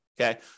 Okay